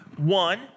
One